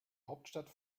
hauptstadt